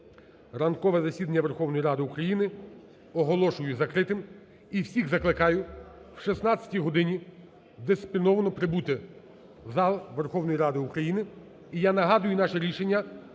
ранкове засідання Верховної Ради України оголошую закритим. І всіх закликаю о 16 годині дисципліновано прибути в зал Верховної Ради України. І я нагадую наше рішення,